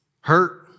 hurt